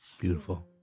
Beautiful